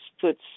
puts